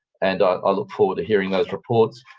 and ah i look forward to hearing those reports.